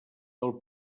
del